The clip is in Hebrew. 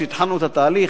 כשהתחלנו את התהליך,